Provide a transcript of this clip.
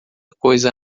coisa